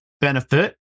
benefit